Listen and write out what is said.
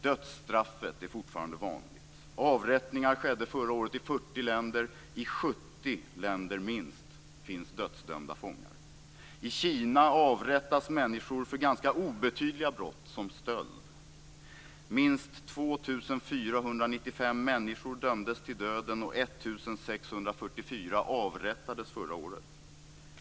Dödsstraffet är fortfarande vanligt. Avrättningar skedde förra året i 40 länder. I minst 70 länder finns dödsdömda fångar. I Kina avrättas människor för obetydliga brott, som t.ex. stöld. Minst 2 495 människor dömdes till döden och 1 644 avrättades förra året.